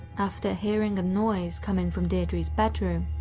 after hearing a noise coming from deidre's bedroom,